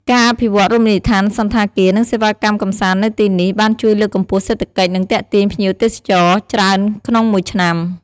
ការអភិវឌ្ឍន៍រមណីយដ្ឋាន សណ្ឋាគារ និងសេវាកម្មកម្សាន្តនៅទីនេះបានជួយលើកកម្ពស់សេដ្ឋកិច្ច និងទាក់ទាញភ្ញៀវទេសចរច្រើនក្នុងមួយឆ្នាំ។